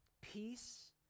peace